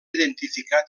identificar